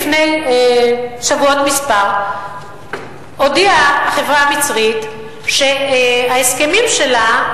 לפני שבועות מספר הודיעה החברה המצרית שההסכמים שלה,